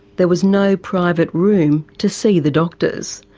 there was no private room to see the doctors.